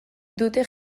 dute